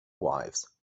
wives